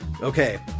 Okay